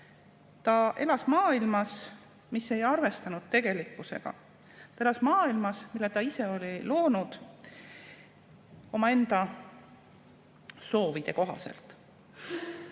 Ta elas maailmas, mis ei arvestanud tegelikkusega, ta elas maailmas, mille ta ise oli loonud omaenda soovide kohaselt.